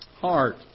heart